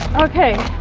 okay,